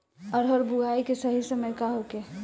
अरहर बुआई के सही समय का होखे?